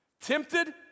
Tempted